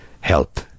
help